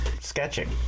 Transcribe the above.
sketching